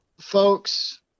folks